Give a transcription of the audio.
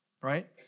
right